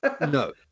No